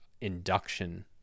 induction